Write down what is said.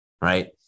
right